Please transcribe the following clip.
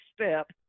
step